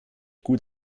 gut